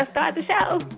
and the show